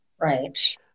Right